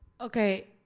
Okay